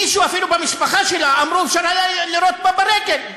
אפילו מישהו במשפחה שלה אמר שאפשר היה לירות בה ברגל.